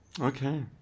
okay